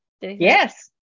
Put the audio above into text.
Yes